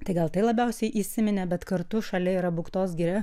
tai gal tai labiausiai įsiminė bet kartu šalia yra buktos giria